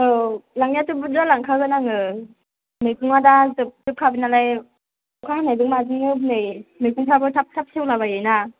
औ लांनायाथ' बुरजा लांखागोन आङो मैगङा दा जोबजोबखाबाय नालाय अखा हानायजों माजोंनो नै मैगंफोराबो थाब थाब सेवलाबायोना